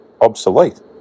obsolete